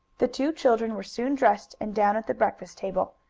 the two children were soon dressed, and down at the breakfast table.